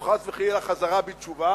או חס וחלילה חזרה בתשובה.